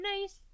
nice